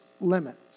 limits